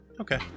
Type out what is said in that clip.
Okay